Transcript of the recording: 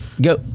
Go